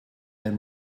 had